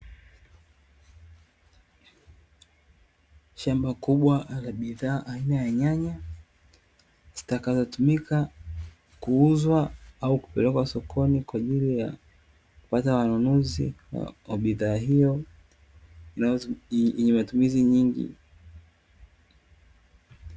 Shamba kubwa la bidhaa aina ya nyanya, zitakazotumika kuuzwa au kupelekwa sokoni kwa ajili ya kupata wanunuzi wa bidhaa hiyo, yenye matumizi nyingi.